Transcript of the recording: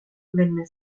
venne